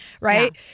right